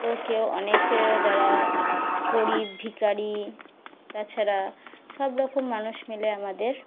তো কেউ অনেকে যারা গরিব ভিখারি তাছাড়া সব রকম মানুষ মিলে আমাদের